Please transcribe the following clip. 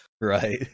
Right